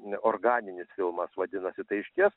organinis filmas vadinasi tai išties